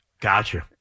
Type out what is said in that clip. Gotcha